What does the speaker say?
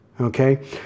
okay